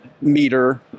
meter